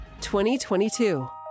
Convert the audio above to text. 2022